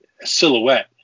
silhouette